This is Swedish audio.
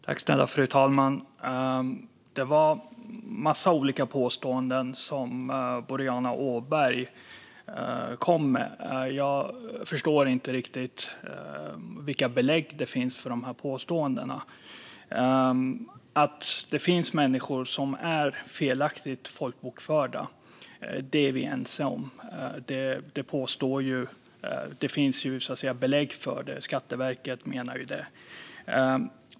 Fru talman! Boriana Åberg kom med en massa olika påståenden. Jag förstår inte riktigt vilka belägg som finns för dem. Att det finns människor som är felaktigt folkbokförda är vi ense om. Det finns det belägg för, vilket Skatteverket framfört.